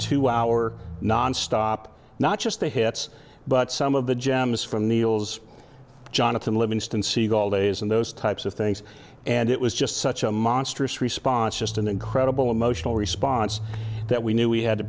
two hour nonstop not just the hits but some of the gems from neil's jonathan livingston seagull days and those types of things and it was just such a monstrous response just an incredible emotional response that we knew we had to